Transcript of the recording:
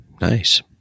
nice